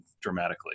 dramatically